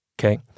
okay